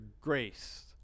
grace